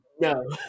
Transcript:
No